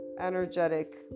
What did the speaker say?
energetic